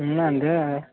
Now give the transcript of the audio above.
అంటే